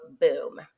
Boom